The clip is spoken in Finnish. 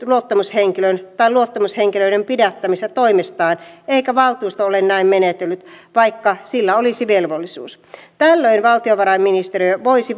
luottamushenkilön tai luottamushenkilöiden pidättämistä toimestaan eikä valtuusto ole näin menetellyt vaikka sillä olisi velvollisuus tällöin valtiovarainministeriö voisi